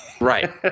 Right